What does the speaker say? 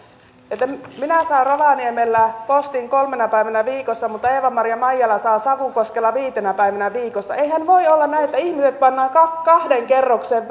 että minä saan rovaniemellä postin kolmena päivänä viikossa mutta eeva maria maijala saa savukoskella viitenä päivänä viikossa eihän voi olla näin että ihmiset pannaan kahden kerroksen